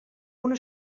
una